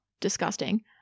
disgusting